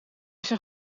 zijn